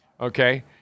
Okay